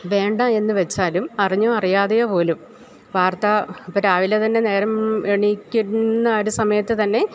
വേണ്ടായെന്ന് വെച്ചാലും അറിഞ്ഞോ അറിയാതെയോ പോലും വാർത്ത ഇപ്പോള് രാവിലെ തന്നെ നേരം എഴുന്നേല്ക്കുന്ന ആ ഒരു സമയത്തുതന്നെ